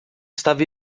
estava